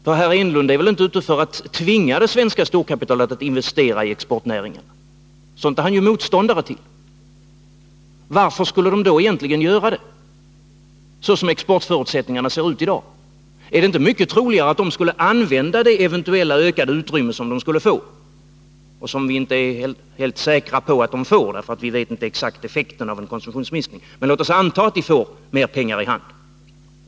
För herr Enlund är väl inte ute för att tvinga det svenska storkapitalet att investera i exportnäringarna. Sådant är han ju motståndare till. Varför skulle då egentligen storkapitalet göra det, såsom exportförutsättningarna ser ut i dag? Vi vet inte om man skulle få något ökat utrymme, eftersom vi inte exakt vet effekterna av en konsumtionsminskning. Men låt oss anta att storkapitalet får mer pengar i handen.